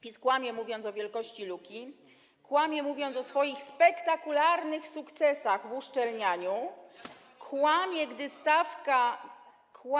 PiS kłamie, mówiąc o wielkości luki, kłamie, mówiąc o swoich spektakularnych sukcesach w uszczelnianiu, kłamie, gdy stawia.